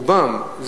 רובם.